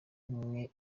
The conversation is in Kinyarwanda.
umwe